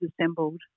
assembled